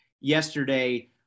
yesterday